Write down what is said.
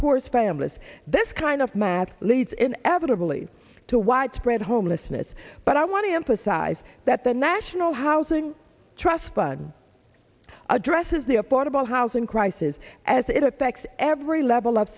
poorest families this kind of math leads inevitably to widespread homelessness but i want to emphasize that the national housing trust fund addresses the affordable housing crisis as it affects every level of